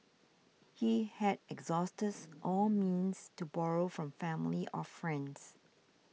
he had exhausted all means to borrow from family or friends